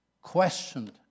questioned